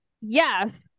yes